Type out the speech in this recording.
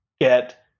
get